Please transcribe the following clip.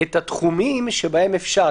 את התחומים שבהם אפשר,